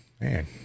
man